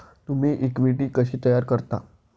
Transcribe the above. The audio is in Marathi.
तुम्ही इक्विटी कशी तयार करता?